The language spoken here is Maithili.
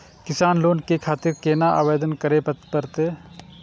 किसान लोन के खातिर केना आवेदन करें परतें?